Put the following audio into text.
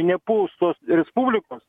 nepuls tos respublikos